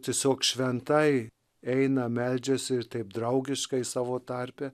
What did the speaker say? tiesiog šventai eina meldžiasi ir taip draugiškai savo tarpe